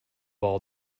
all